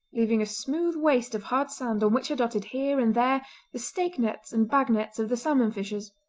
leaving a smooth waste of hard sand on which are dotted here and there the stake nets and bag nets of the salmon fishers.